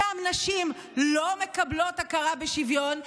שם נשים לא מקבלות הכרה ושוויון.